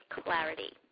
clarity